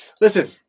Listen